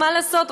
מה לעשות,